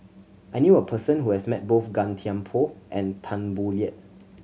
I knew a person who has met both Gan Thiam Poh and Tan Boo Liat